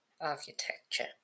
Architecture